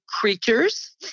creatures